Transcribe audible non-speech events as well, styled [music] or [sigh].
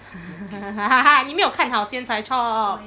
[laughs] 你没有看好先才 chop